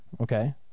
okay